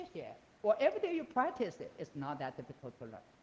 yeah where everyday you practice it, it's not that difficult to learn.